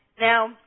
Now